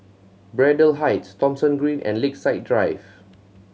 Braddell Heights Thomson Green and Lakeside Drive